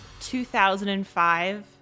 2005